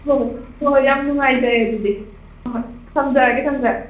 ꯍꯣ ꯍꯣ ꯍꯣꯏ ꯍꯣꯏ ꯌꯥꯝ ꯅꯨꯡꯉꯥꯏꯖꯔꯦ ꯑꯗꯨꯗꯤ ꯍꯣꯏ ꯊꯝꯖꯔꯒꯦ ꯊꯝꯖꯔꯒꯦ